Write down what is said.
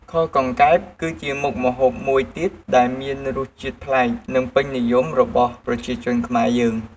ខកង្កែប គឺជាមុខម្ហូបមួយទៀតដែលមានរសជាតិប្លែក និងពេញនិយមរបស់ប្រជាជនខ្មែរយើង។